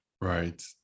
Right